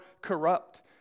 corrupt